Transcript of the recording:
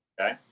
Okay